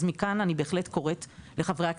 אז מכאן אני בהחלט קוראת לחברי הכנסת,